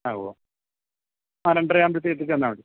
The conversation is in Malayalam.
ആ വ്വ് ആ രണ്ട് അരയാകുമ്പം എത്തിച്ച് തന്നാൽ മതി